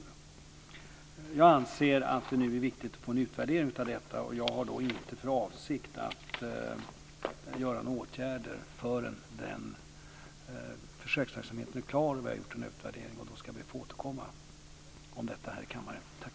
Jag anser att det nu är viktigt att få en utvärdering av detta. Jag har inte för avsikt att vidta några åtgärder förrän den försöksverksamheten är klar och vi har gjort en utvärdering. Då ska jag be att få återkomma om detta här i kammaren.